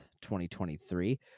2023